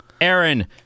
Aaron